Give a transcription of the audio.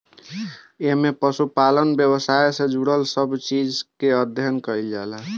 एमे पशुपालन व्यवसाय से जुड़ल सब चीज के अध्ययन कईल जाला